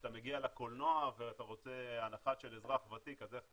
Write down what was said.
וכשאתה מגיע לקולנוע ואתה רוצה הנחת אזרח ותיק אז איך תדע,